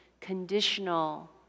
conditional